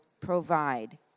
provide